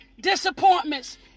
disappointments